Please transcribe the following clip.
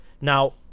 now